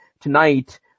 tonight